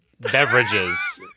beverages